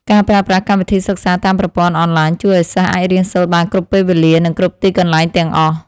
ការប្រើប្រាស់កម្មវិធីសិក្សាតាមប្រព័ន្ធអនឡាញជួយឱ្យសិស្សអាចរៀនសូត្របានគ្រប់ពេលវេលា និងគ្រប់ទីកន្លែងទាំងអស់។